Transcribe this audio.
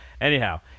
Anyhow